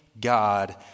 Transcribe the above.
God